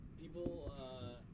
People